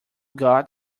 got